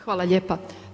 Hvala lijepa.